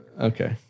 Okay